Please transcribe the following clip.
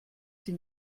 sie